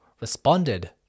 responded